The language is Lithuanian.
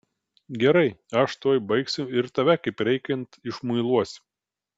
gerai aš tuoj baigsiu ir tave kaip reikiant išmuiluosiu